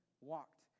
walked